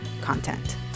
content